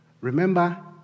Remember